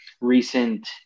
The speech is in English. recent